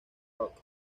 rock